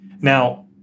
Now